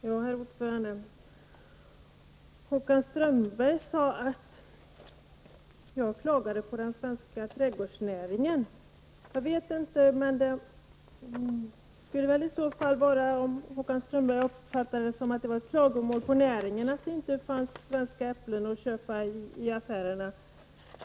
Herr talman! Håkan Strömberg sade att jag klagade på den svenska trädgårdsnäringen. Det skulle i så fall vara om Håkan Strömberg uppfattade det som ett klagomål på näringen att det inte finns svenska äpplen att köpa i affärerna.